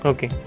Okay